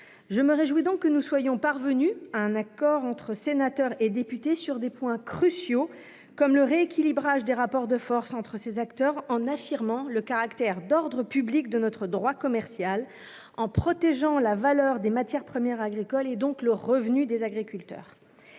Je me réjouis que nous soyons parvenus à un accord entre sénateurs et députés sur des points cruciaux, comme le rééquilibrage des rapports de force entre ces acteurs, en affirmant le caractère d'ordre public de notre droit commercial et en protégeant la valeur des matières premières agricoles, donc le revenu des agriculteurs.